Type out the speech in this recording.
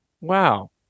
wow